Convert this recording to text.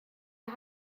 ihr